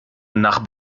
nach